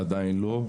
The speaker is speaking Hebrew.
עדיין לא.